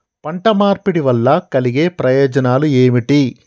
పంట మార్పిడి వల్ల కలిగే ప్రయోజనాలు ఏమిటి?